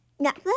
Netflix